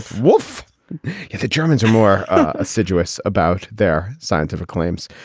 wolf if the germans are more assiduous about their scientific claims.